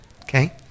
okay